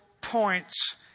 points